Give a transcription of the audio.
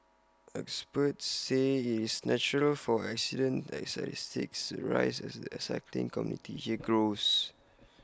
experts say IT is natural for accident statistics to rise as the cycling community here grows